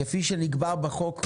כפי שנקבע בחוק,